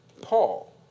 Paul